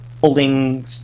holding